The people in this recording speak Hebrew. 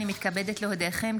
אני מתכבדת להודיעכם,